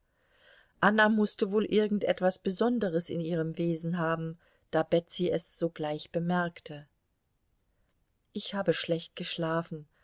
anna mußte wohl irgend etwas besonderes in ihrem wesen haben da betsy es sogleich bemerkte ich habe schlecht geschlafen